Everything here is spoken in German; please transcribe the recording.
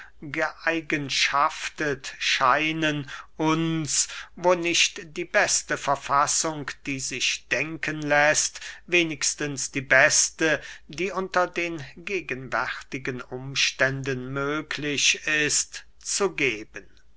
geeigenschaftet scheinen uns wo nicht die beste verfassung die sich denken läßt wenigstens die beste die unter den gegenwärtigen umständen möglich ist zu geben